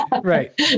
Right